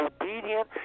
obedient